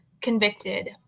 convicted